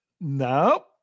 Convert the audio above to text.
No